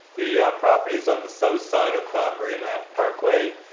the property is on the south side of um marineland parkway,